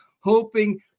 hoping